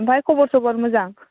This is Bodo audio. ओमफ्राय खबर सबर मोजां